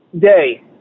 day